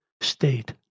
state